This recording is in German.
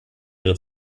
ihre